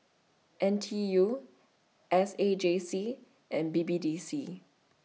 N T U S A J C and B B D C